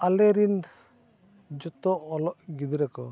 ᱟᱞᱮ ᱨᱮᱱ ᱡᱚᱛᱚ ᱚᱞᱚᱜ ᱜᱤᱫᱽᱨᱟᱹ ᱠᱚ